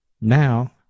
Now